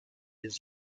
its